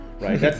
right